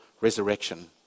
resurrection